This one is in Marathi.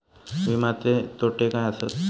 विमाचे तोटे काय आसत?